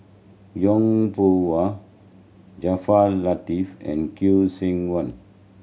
Yong Pung How Jaafar Latiff and Khoo Seok Wan